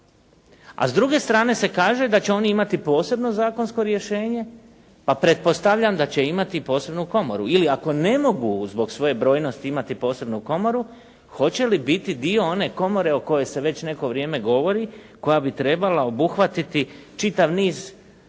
A s druge strane se kaže da će oni imati posebno zakonsko rješenje, pa pretpostavljam da će imati posebnu komoru ili ako ne mogu zbog svoje brojnosti imati posebnu komoru, hoće li biti dio one komore o kojoj se već neko vrijeme govori, koja bi trebala obuhvatiti čitav niz